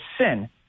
sin